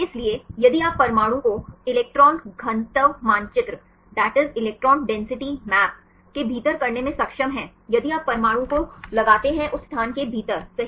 इसलिए यदि आप परमाणु को इलेक्ट्रॉन घनत्व मानचित्र के भीतर करने में सक्षम हैं यदि आप परमाणु को लगाते है उस स्थान के भीतर सही